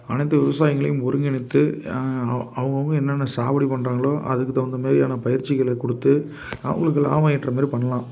அனைத்து விவசாயங்களையும் ஒருங்கிணைத்து அவு அவங்கவுங்க என்னென்ன சாவடி பண்ணுறாங்களோ அதுக்கு தகுந்த மாதிரியான பயிற்சிகளை கொடுத்து அவங்களுக்கு லாபம் ஈட்டுகிறமாரி பண்ணலாம்